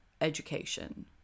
Education